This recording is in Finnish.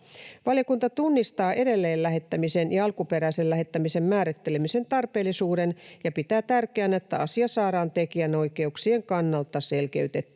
Valiokunta tunnistaa edelleen lähettämisen ja alkuperäisen lähettämisen määrittelemisen tarpeellisuuden ja pitää tärkeänä, että asia saadaan tekijänoikeuksien kannalta selkeytettyä.